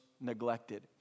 neglected